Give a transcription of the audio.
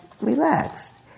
relaxed